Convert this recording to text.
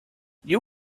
you